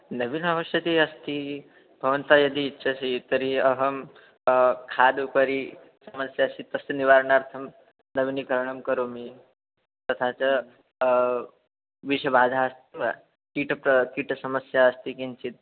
लेबिन् आवश्यकम् अस्ति भवान् यदि इच्छति तर्हि अहं खाद्यस्य उपरि समस्यास्ति तस्य निवारणार्थं लबनिकरणं करोमि तथा च विषस्य बाधा अस्ति वा कीटाः कीटसमस्या अस्ति किञ्चिद्